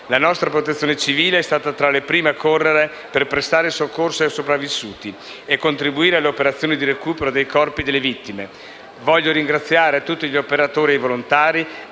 La nostra Protezione civile è stata tra le prime ad accorrere per prestare soccorso ai sopravvissuti e contribuire alle operazioni di recupero dei corpi delle vittime. Voglio ringraziare tutti gli operatori e i volontari,